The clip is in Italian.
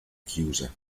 chiusa